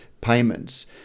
payments